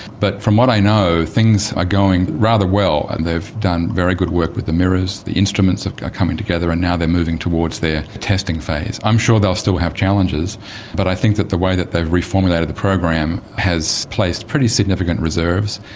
but from what i know things are going rather well. and they've done very good work with the mirrors, the instruments are coming together, and now they are moving towards their testing phase. i'm sure they will still have challenges but i think that the way that they've reformulated the program has placed pretty significant reserves.